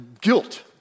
guilt